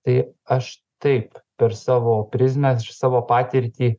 tai aš taip per savo prizmę savo patirtį